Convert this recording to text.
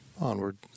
Onward